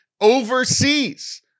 overseas